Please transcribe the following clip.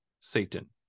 Satan